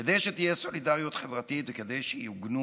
כדי שתהיה סולידריות חברתית וכדי שיוגנו